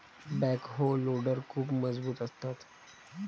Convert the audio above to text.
backhoe loader खूप मजबूत असतात